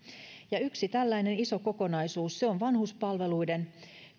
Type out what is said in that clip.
yksi tällainen iso kokonaisuus on vanhuspalveluiden